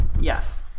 Yes